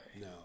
No